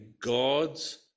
God's